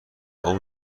اون